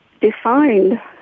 defined